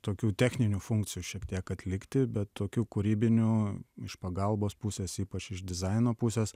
tokių techninių funkcijų šiek tiek atlikti bet tokių kūrybinių iš pagalbos pusės ypač iš dizaino pusės